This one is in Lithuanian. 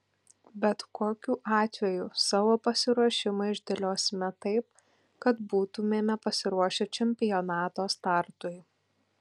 bet kokiu atveju savo pasiruošimą išdėliosime taip kad būtumėme pasiruošę čempionato startui